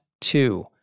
two